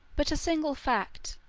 but a single fact,